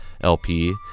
LP